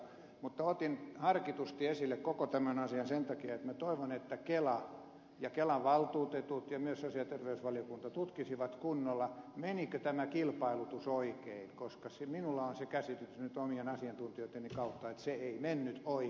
mutta otin harkitusti esille koko tämän asian sen takia että minä toivon että kela ja kelan valtuutetut ja myös sosiaali ja terveysvaliokunta tutkisivat kunnolla menikö tämä kilpailutus oikein koska minulla on se käsitys omien asiantuntijoitteni kautta että se ei mennyt oikein